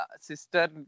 sister